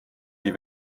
die